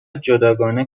جداگانه